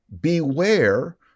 beware